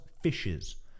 fishes